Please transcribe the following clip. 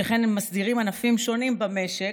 שכן הם מסדירים ענפים שונים במשק,